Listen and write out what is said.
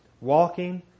walking